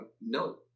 no